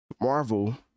marvel